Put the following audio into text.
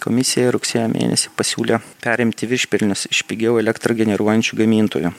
komisija rugsėjo mėnesį pasiūlė perimti viršpelnius iš pigiau elektrą generuojančių gamintojų